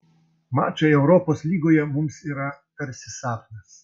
mačai europos lygoje mums yra tarsi sapnas